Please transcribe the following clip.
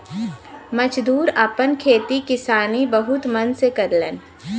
मजदूर आपन खेती किसानी बहुत मन से करलन